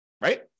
Right